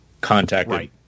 contacted